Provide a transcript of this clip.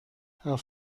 herr